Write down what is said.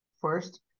first